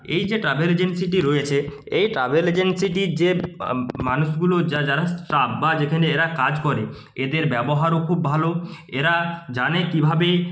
এই যে ট্রাভেল এজেন্সিটি রয়েছে এই ট্রাভেল এজেন্সিটির যে মানুষগুলো যা যারা স্টাফ বা যেখানে এরা কাজ করে এদের ব্যবহারও খুব ভালো এরা জানে কীভাবে